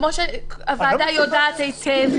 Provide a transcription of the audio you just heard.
כמו שהוועדה יודעת היטב,